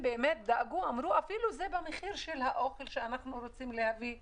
דאגו ואמרו שאפילו זה יבוא על חשבון האוכל שהן רוצות להביא הביתה.